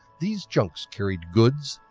these junks carried goods,